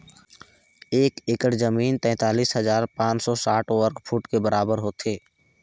एक एकड़ जमीन तैंतालीस हजार पांच सौ साठ वर्ग फुट के बराबर होथे